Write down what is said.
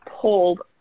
pulled